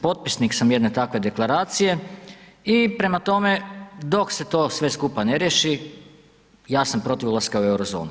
Potpisnik sam jedne takve deklaracije i prema tome dok se to sve skupa ne riješi ja sam protiv ulaska u euro zonu.